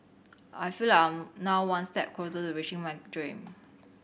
I feel like I am now one step closer to reaching my dream